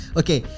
okay